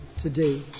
today